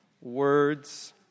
words